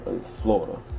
Florida